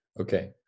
okay